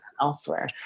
elsewhere